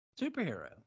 superhero